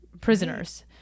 prisoners